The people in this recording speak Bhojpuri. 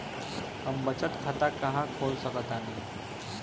हम बचत खाता कहां खोल सकतानी?